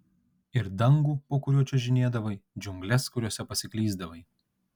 ir dangų po kuriuo čiuožinėdavai džiungles kuriose pasiklysdavai